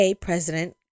President